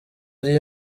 ari